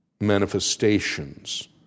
manifestations